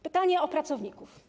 Pytanie o pracowników.